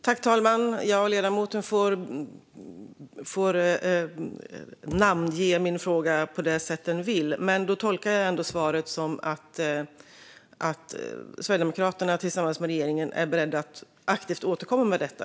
Herr talman! Ledamoten får namnge min fråga på det sätt han vill, men då tolkar jag ändå svaret som att Sverigedemokraterna tillsammans med regeringen är beredda att aktivt återkomma med detta.